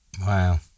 Wow